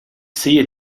sehe